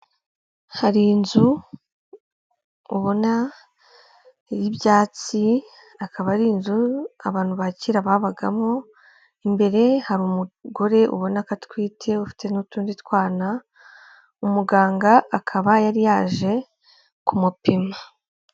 Hari inzu ubona y'ibyatsi. Akaba ari inzu abantu bakera babagamo, imbere hari umugore ubona ko atwite ufite n'utundi twana, umuganga akaba yari yaje kumupima.